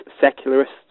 secularists